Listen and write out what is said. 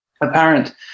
apparent